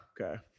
Okay